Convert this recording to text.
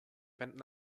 wenden